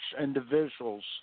individuals